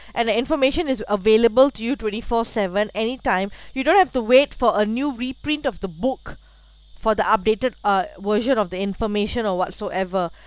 and the information is available to you twenty four seven anytime you don't have to wait for a new reprint of the book for the updated uh version of the information or whatsoever